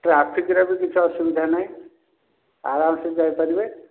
ଟ୍ରାଫିକ୍ରେ ବି କିଛି ଅସୁବିଧା ନାହିଁ ଆରାମ୍ସେ ଯାଇପାରିବେ